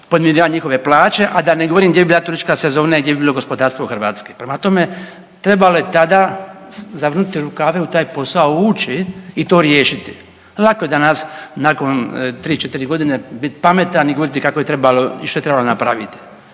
podmirivat njihove plaće, a da ne govorim gdje bi bila turistička sezona i gdje bi bilo gospodarstvo Hrvatske. Prema tome, trebalo je tada zavrnuti rukave i u taj posao ući i to riješiti. Lako je danas nakon 3-4.g. bit pametan i govoriti kako je trebalo i što je trebalo napraviti.